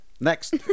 next